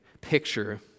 picture